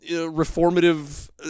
Reformative